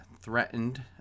threatened